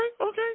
okay